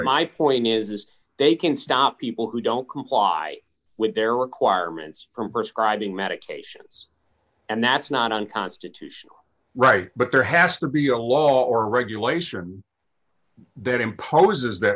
my point is is they can stop people who don't comply with their requirements from st driving medications and that's not unconstitutional right but there has to be a law or regulation that imposes th